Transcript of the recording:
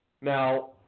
now